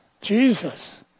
Jesus